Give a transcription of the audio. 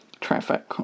traffic